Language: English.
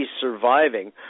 surviving